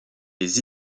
les